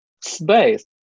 space